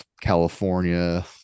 california